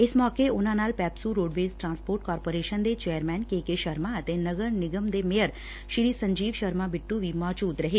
ਇਸ ਮੌਕੇ ਉਨਾਂ ਨਾਲ ਪੈਪਸੁ ਰੋਡਵੇਜ ਟਰਾਂਸਪੋਰਟ ਕਾਰਪੋਰੇਸ਼ਨ ਦੇ ਚੇਅਰਮੈਨ ਕੇਕੇ ਸ਼ਰਮਾ ਅਤੇ ਨਗਰ ਨਿਗਮ ਦੇ ਮੇਅਰ ਸ੍ਰੀ ਸੰਜੀਵ ਸ਼ਰਮਾ ਬਿੱਟੂ ਵੀ ਮੌਜੂਦ ਰਹੇ